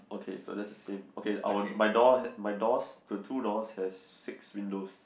okay so that's the same our my door my doors the two doors has six windows